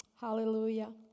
Hallelujah